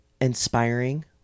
inspiring